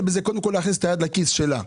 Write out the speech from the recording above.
בזה וקודם כול להכניס את היד לכיס שלה,